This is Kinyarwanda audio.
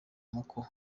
muko